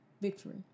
victory